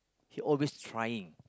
he always trying